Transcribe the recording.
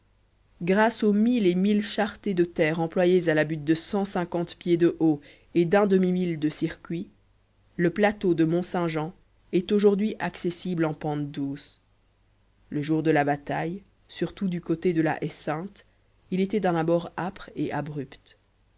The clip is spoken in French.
grâce aux mille et mille charretées de terre employées à la butte de cent cinquante pieds de haut et d'un demi-mille de circuit le plateau de mont-saint-jean est aujourd'hui accessible en pente douce le jour de la bataille surtout du côté de la haie sainte il était d'un abord âpre et abrupt